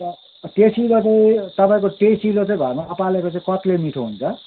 टेसिलो चाहिँ तपाईँको टेसिलो चाहिँ घरमा पालेको चाहिँ कत्ले मिठो हुन्छ